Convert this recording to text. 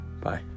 Bye